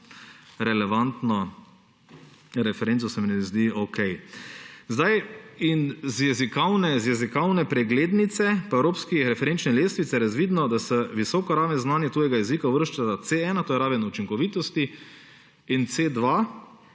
relevantno referenco, se mi ne zdi okej. Iz jezikovne preglednice po evropski referenčni lestvici je razvidno, da se v visoko raven znanja tujega jezika razvršča C1, to je raven učinkovitosti, in C2,